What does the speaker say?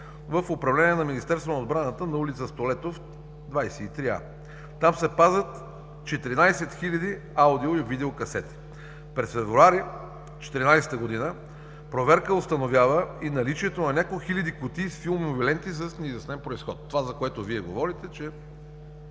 в управление на Министерство на отбраната – на ул. „Столетов“, 23 А. Там се пазят 14 хиляди аудио и видео касети. През февруари 2014 г. проверка установява и наличието на няколко хиляди кутии с филмови ленти с неизяснен произход – това, за което Вие говорите, че